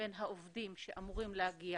בין העובדים שאמורים להגיע